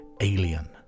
Alien